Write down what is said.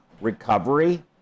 recovery